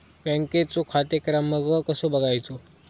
बँकेचो खाते क्रमांक कसो बगायचो?